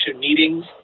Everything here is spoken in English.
meetings